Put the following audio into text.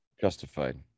justified